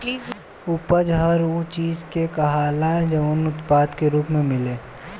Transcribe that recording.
उपज हर उ चीज के कहाला जवन उत्पाद के रूप मे मिले